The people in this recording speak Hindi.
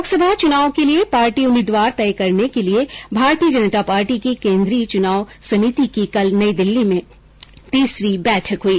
लोकसभा चुनाव के लिए पार्टी उम्मीदवार तय करने के लिए भारतीय जनता पार्टी की केन्द्रीय चुनाव समिति की कल नई दिल्ली में तीसरी बैठक हुई